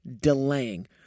delaying